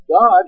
God